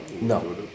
No